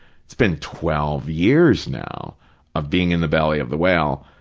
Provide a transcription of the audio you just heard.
it's been twelve years now of being in the belly of the whale,